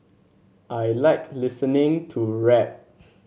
I like listening to rap